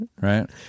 right